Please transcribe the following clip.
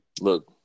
Look